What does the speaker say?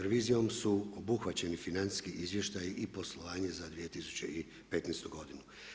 Revizijom su obuhvaćeni financijski izvještaji i poslovanje za 2015. godinu.